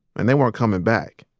and they weren't coming back.